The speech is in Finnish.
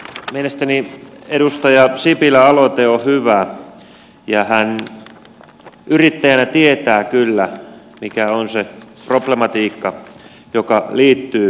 mielestäni edustaja sipilän aloite on hyvä ja hän yrittäjänä tietää kyllä mikä on se problematiikka joka liittyy tähän asiaan